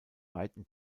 weiten